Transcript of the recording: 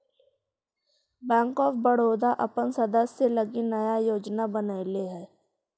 bank of Baroda अपन सदस्य लगी नया योजना बनैले हइ